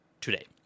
today